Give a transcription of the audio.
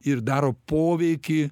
ir daro poveikį